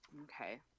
Okay